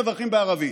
מברכים בערבית.